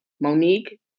Monique